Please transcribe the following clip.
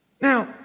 Now